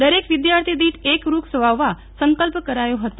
દરેક વિદ્યાર્થી દીઠ એક વૃક્ષ વાવવા સંકલ્પ કરાયો હતો